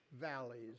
valleys